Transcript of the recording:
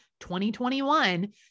2021